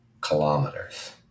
kilometers